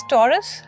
Taurus